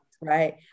right